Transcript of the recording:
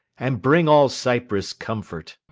and bring all cyprus comfort!